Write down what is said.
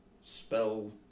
spell